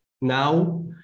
Now